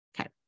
Okay